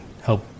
help